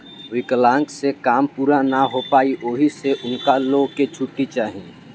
विकलांक से काम पूरा ना हो पाई ओहि से उनका लो के छुट्टी चाही